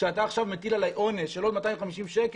כשאתה מטיל עליי עונש של עוד 250 שקל,